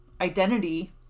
identity